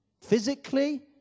Physically